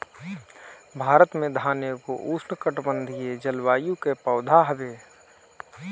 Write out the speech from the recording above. भारत में धान एगो उष्णकटिबंधीय जलवायु के पौधा हवे